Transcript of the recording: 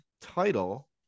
title